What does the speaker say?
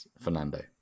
Fernando